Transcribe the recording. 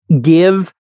give